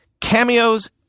Cameo's